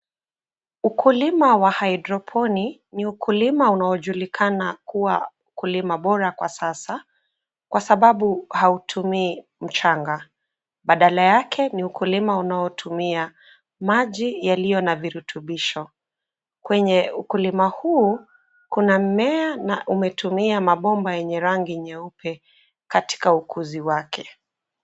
Ukulima wa hydroponic ni ukulima unaojulikana kuwa ukulima bora kwa sasa kwa sababu hautumii mchanga. Badala yake ni ukulima unaotumia maji yaliyo na virutubisho. Kwenye ukulima huu kuna mmea na umetumia mabomba yenye rangi nyeupe katika ukuzi wake.